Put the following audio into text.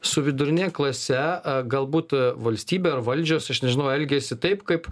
su vidurine klase galbūt valstybė ar valdžios aš nežinau elgiasi taip kaip